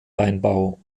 weinbau